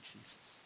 Jesus